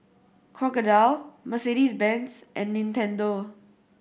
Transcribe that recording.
Crocodile Mercedes Benz and Nintendo